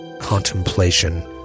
contemplation